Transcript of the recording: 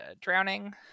Drowning